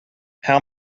how